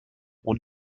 und